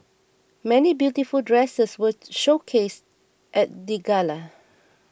many beautiful dresses were showcased at the gala